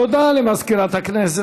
תודה למזכירת הכנסת.